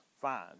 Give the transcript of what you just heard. fine